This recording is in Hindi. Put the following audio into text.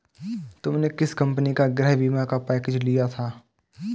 तुमने किस कंपनी का गृह बीमा का पैकेज लिया था?